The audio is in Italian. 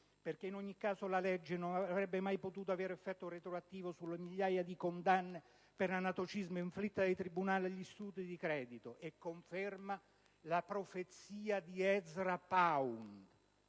perché in ogni caso la legge non avrebbe mai potuto avere effetto retroattivo sulle migliaia di condanne per anatocismo inflitte dai tribunali agli istituti di credito, a conferma della profezia di Ezra Pound: